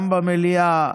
גם במליאה,